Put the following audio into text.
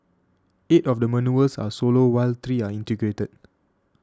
eight of the manoeuvres are solo while three are integrated